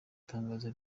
tangazo